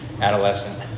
Adolescent